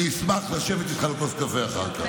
אני אשמח לשבת איתך על כוס קפה אחר כך.